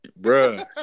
Bruh